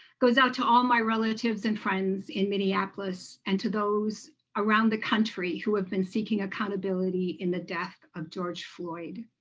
goes out to all my relatives and friends in minneapolis and to those around the country who have been seeking accountability in the death of george floyd.